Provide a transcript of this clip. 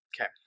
Okay